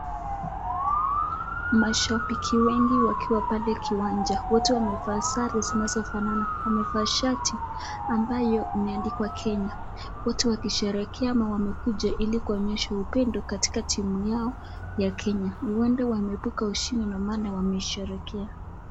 Mashambiki wengi wakiwa pale kiwanja, wote wamevaa sare zinazofanana. Wamevaa shati ambayo imeandikwa Kenya wote wakisherehekea ama wamekuja kuonyesha upendo katika timu yao ya Kenya. Huenda wameibuka washindi ndio maana. wanasherehekea.